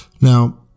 Now